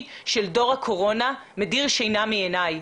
של דור הקורונה וזה מדיר שינה מעיניי.